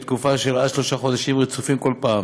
עד לתקופה של שלושה חודשים רצופים כל פעם,